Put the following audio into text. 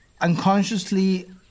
unconsciously